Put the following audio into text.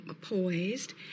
poised